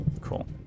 Cool